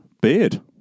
Beard